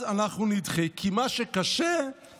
אז אנחנו נדחה, כי מה שקשה, דוחים.